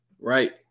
right